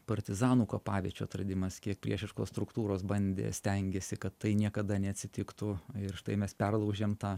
partizanų kapaviečių atradimas kiek priešiškos struktūros bandė stengėsi kad tai niekada neatsitiktų ir štai mes perlaužėm tą